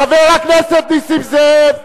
חבר הכנסת נסים זאב,